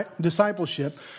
discipleship